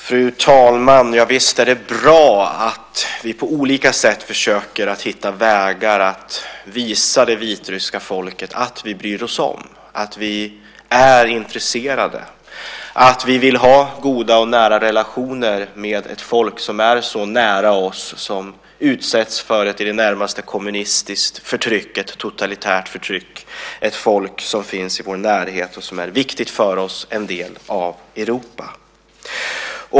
Fru talman! Ja, visst är det bra att vi på olika sätt försöker hitta vägar att visa det vitryska folket att vi bryr oss om, att vi är intresserade, att vi vill ha goda och nära relationer med ett folk som är så nära oss och som utsätts för ett i det närmaste kommunistiskt förtryck - ett totalitärt förtryck. Detta är ett folk som finns i vår närhet och som är viktigt för oss - en del av Europa.